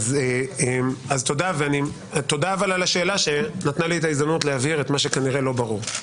אבל תודה על השאלה שנתנה לי את ההזדמנות להבהיר את מה שכנראה לא ברור.